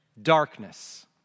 Darkness